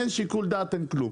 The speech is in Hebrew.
אין שיקול דעת אין כלום.